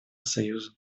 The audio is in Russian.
союза